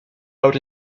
out